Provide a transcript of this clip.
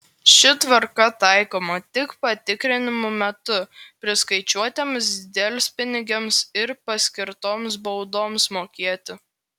ši tvarka taikoma tik patikrinimų metu priskaičiuotiems delspinigiams ir paskirtoms baudoms mokėti